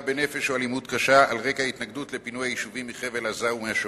בנפש או אלימות קשה על רקע ההתנגדות לפינוי היישובים מחבל-עזה ומהשומרון.